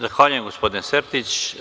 Zahvaljujem gospodine Sertiću.